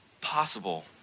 possible